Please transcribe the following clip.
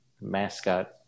mascot